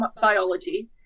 biology